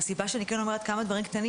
והסיבה שאני כן אומרת כמה דברים קטנים